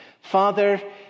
Father